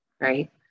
right